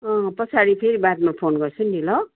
अँ पछाडि फेरि बादमा फोन गर्छु नि ल